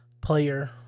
player